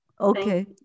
Okay